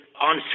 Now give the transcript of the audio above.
on